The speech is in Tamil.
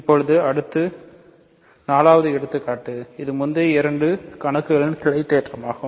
இப்போது அடுத்தது 4 எடுத்துக்காட்டு இது முந்தைய இரண்டு கணக்குகளின் கிளை தோற்றமாகும்